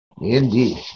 Indeed